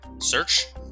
search